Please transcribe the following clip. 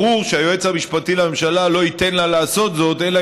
ברור שהיועץ המשפטי לממשלה לא ייתן לה לעשות זאת אלא